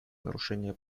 нарушения